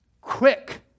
quick